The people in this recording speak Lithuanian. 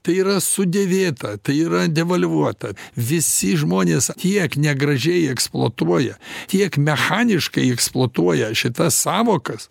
tai yra sudėvėta tai yra devalvuota visi žmonės tiek negražiai eksploatuoja tiek mechaniškai eksploatuoja šitas sąvokas